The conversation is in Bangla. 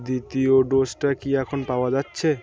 দ্বিতীয় ডোজটা কি এখন পাওয়া যাচ্ছে